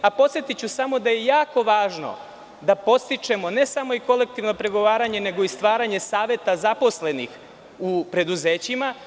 Podsetiću samo da je jako važno da podstičemo ne samo i kolektivna pregovaranja nego i stvaranje Saveta zaposlenih u preduzećima.